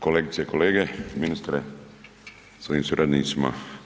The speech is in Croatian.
Kolegice i kolege, ministre sa svojim suradnicima.